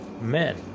men